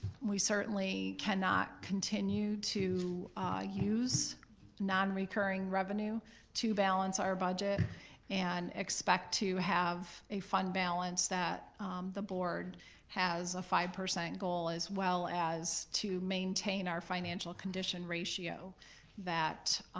we certainly certainly cannot continue to use non-recurring revenue to balance our budget and expect to have a fund balance that the board has a five percent goal as well as to maintain our financial condition ratio that